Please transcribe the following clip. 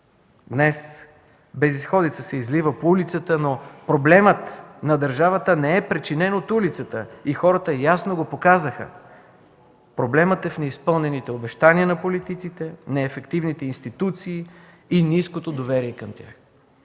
Днес безизходица се излива по улицата, но проблемът на държавата не е причинен от улицата и хората ясно го показаха. Проблемът е в неизпълнените обещания на политиците, неефективните институции и ниското доверие към тях.